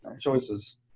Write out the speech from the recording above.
choices